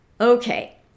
Okay